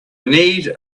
need